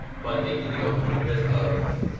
but they give you a little bit of